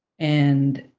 and